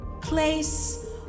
Place